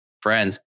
friends